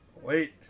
Wait